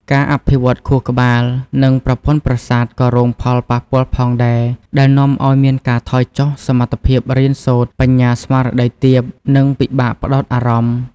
ការអភិវឌ្ឍខួរក្បាល និងប្រព័ន្ធប្រសាទក៏រងផលប៉ះពាល់ផងដែរ ដែលនាំឱ្យមានការថយចុះសមត្ថភាពរៀនសូត្រ បញ្ញាស្មារតីទាប និងពិបាកផ្តោតអារម្មណ៍។